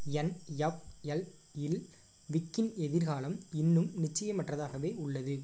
NFL இல் விக்கின் எதிர்காலம் இன்னும் நிச்சயமற்றதாகவே உள்ளது